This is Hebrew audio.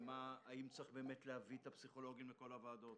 האם צריך להביא את הפסיכולוגים לכל הוועדות,